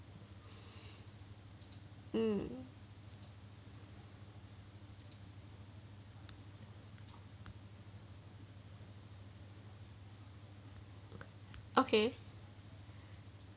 mm okay